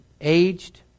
aged